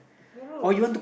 moral